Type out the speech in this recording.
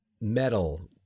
metal